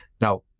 Now